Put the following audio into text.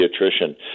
pediatrician